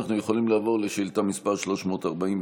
אנחנו יכולים לעבור לשאילתה מס' 344,